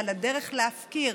ועל הדרך להפקיר